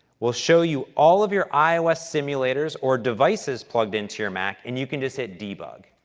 we'll show you all of your ios simulators or devices plugged into your mac and you can just hit debug.